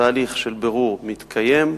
תהליך של בירור מתקיים.